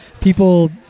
people